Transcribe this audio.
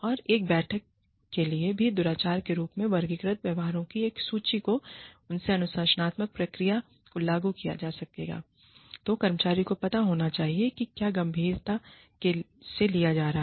और एक बैठक के लिए भी दुराचार के रूप में वर्गीकृत व्यवहारों की एक सूची को है इससे अनुशासनात्मक प्रक्रिया को लागू किया जा सकेगा तो कर्मचारी को पता होना चाहिए कि क्या गंभीरता से लिया जा रहा है